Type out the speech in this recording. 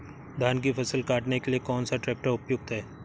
धान की फसल काटने के लिए कौन सा ट्रैक्टर उपयुक्त है?